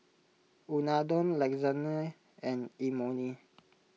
Unadon Lasagne and Imoni